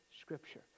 scripture